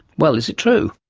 well, is it true?